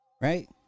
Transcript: right